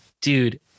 Dude